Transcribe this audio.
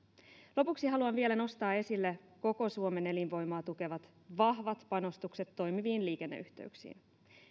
lopuksi haluan vielä nostaa esille koko suomen elinvoimaa tukevat vahvat panostukset toimiviin liikenneyhteyksiin